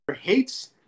Hates